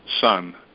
Son